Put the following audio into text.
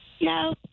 No